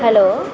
hello